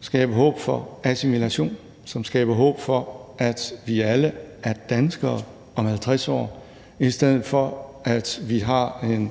skaber håb for assimilation, som skaber håb for, at vi alle er danskere om 50 år, i stedet for at vi har et